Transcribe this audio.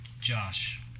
josh